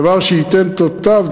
דבר שייתן את אותותיו.